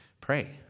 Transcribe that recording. pray